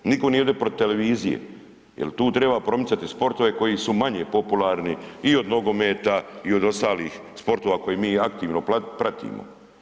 Nitko nije protiv televizije jer tu treba promicati sportove koji su manje popularni i od nogometa i od ostalih sportova koje mi aktivno pratimo.